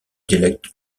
dialecte